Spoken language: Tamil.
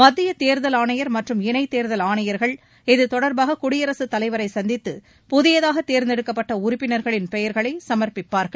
மத்திய தேர்தல் ஆணையர் மற்றும் இணை தேர்தல் ஆணையர்கள் இதுதொடர்பாக குடியரசுத் தலைவரை சந்தித்து புதியதாக தேர்ந்தெடுக்கப்பட்ட உறுப்பினர்களின் பெயர்களை சமர்ப்பிப்பார்கள்